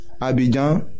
Abidjan